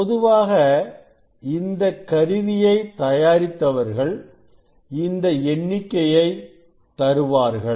பொதுவாக இந்தக் கருவியை தயாரித்தவர்கள் இந்த எண்ணிக்கையை தருவார்கள்